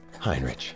Heinrich